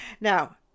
now